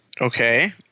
Okay